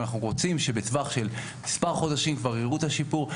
ואנחנו רוצים שבטווח של מספר חודשים כבר יראו את השיפור.